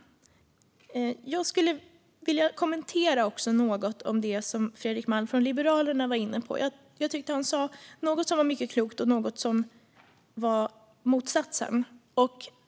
Jag skulle vilja kommentera något av det som Fredrik Malm från Liberalerna var inne på. Jag tyckte att han sa något som var mycket klokt och något som var motsatsen.